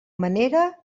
manera